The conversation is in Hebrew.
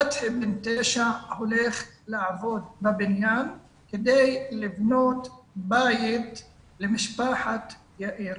פתחי בן התשע הולך לעבוד בבניין כדי לבנות בית למשפחת יאיר.